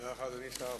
תודה לך, אדוני סגן השר.